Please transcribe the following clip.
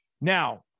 Now